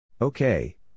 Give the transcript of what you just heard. Okay